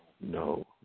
no